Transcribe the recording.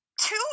Two